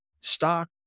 stock